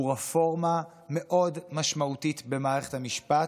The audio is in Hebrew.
הוא רפורמה משמעותית מאוד במערכת המשפט.